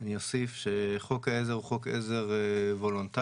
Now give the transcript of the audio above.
אני אוסיף שחוק העזר הוא חוק עזר וולונטרי,